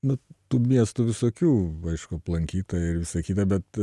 na tų miestų visokių aišku aplankyta ir visa kita bet